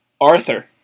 Arthur